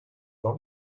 dans